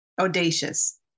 Audacious